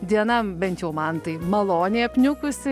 diena bent jau man tai maloniai apniukusi